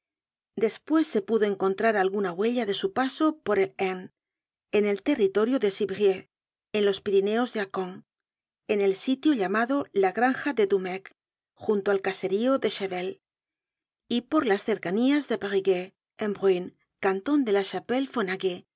despues se pudo encontrar alguna huella de su paso por el ain en el territorio de civrieux por los pirineos en accons en el sitio llamado la granja de doumecq junto al caserío de chavailles y por las cercanías de peri i gueux enbruines canton de la